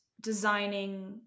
designing